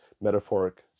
metaphoric